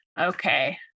okay